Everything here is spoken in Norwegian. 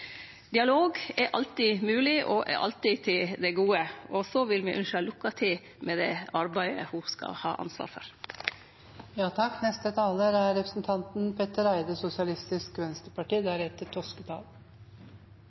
Dialog er alltid mogleg og er alltid til det gode. Så vil me ønskje lukke til med det arbeidet ho skal ha ansvar for. Vi i SV synes faktisk dette er